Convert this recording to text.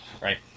right